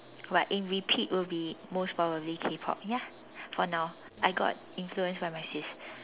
but in repeat will be most probably K-pop ya for now I got influenced by my sis